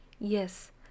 yes